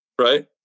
right